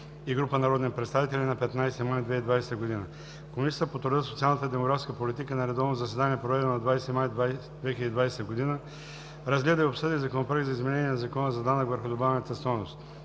и група народни представители на 15 май 2020 г. Комисията по труда, социалната и демографската политика на редовно заседание, проведено на 20 май 2020 г., разгледа и обсъди Законопроект за изменение на Закона за данък върху добавената стойност.